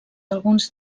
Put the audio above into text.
alguns